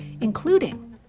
including